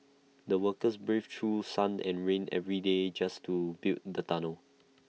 the workers braved through sun and rain every day just to build the tunnel